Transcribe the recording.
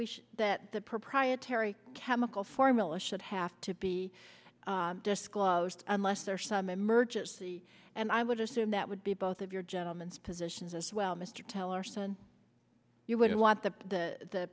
we should that the proprietary chemical formula should have to be disclosed unless there are some emergency and i would assume that would be both of your gentlemen's positions as well mr keller so you would want the the